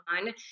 on